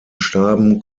starben